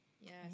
Yes